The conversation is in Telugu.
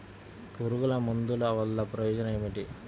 పురుగుల మందుల వల్ల ప్రయోజనం ఏమిటీ?